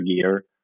gear